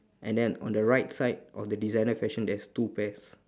and then on the right side of the designer fashion there is two pairs